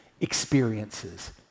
experiences